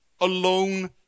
alone